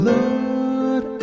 Lord